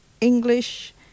English